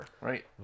right